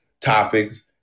topics